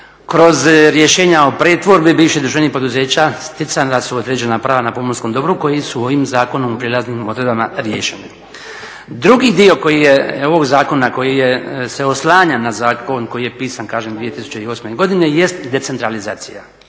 kroz rješenja o pretvorbi bivših državnih poduzeća stjecana su određena prava na pomorskom dobru koji su ovim zakonom u prijelaznim odredbama riješeni. Drugi dio ovog zakona koji se oslanja na zakon koji je pisan kažem 2008. godine jest decentralizacija.